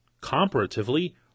comparatively